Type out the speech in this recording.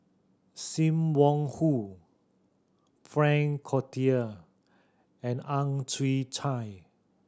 Sim Wong Hoo Frank Cloutier and Ang Chwee Chai